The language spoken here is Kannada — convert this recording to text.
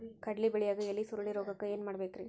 ಕಡ್ಲಿ ಬೆಳಿಯಾಗ ಎಲಿ ಸುರುಳಿರೋಗಕ್ಕ ಏನ್ ಮಾಡಬೇಕ್ರಿ?